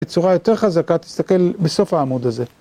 בצורה יותר חזקה תסתכל בסוף העמוד הזה.